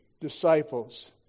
disciples